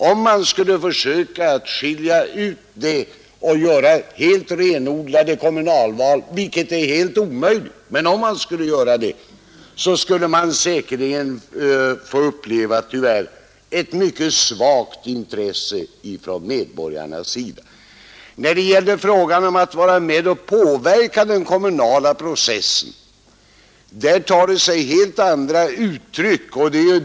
Om man skulle försöka skilja ut kommunalpolitiken och göra ett helt renodlat kommunalval — vilket är praktiskt omöjligt — skulle man säkerligen tyvärr få uppleva ett mycket svagt intresse från medborgarna. När det gäller att få vara med och påverka den kommunala processen tar sig intresset emellertid helt andra uttryck.